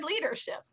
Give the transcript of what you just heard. leadership